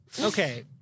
Okay